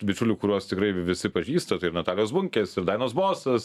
bičiulių kuriuos tikrai visi pažįstat ir natalijos bunkės ir dainos bosas